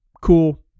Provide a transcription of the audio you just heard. Cool